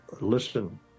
listen